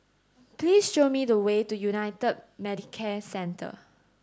please show me the way to United Medicare Centre